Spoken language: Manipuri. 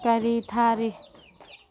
ꯀꯔꯤ ꯊꯥꯔꯤ